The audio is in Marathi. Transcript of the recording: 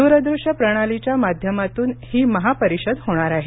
दूरदृश्य प्रणालीच्या माध्यमातून ही महापरिषद होणार आहे